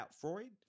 Freud